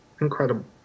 incredible